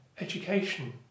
education